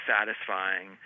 satisfying